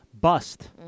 bust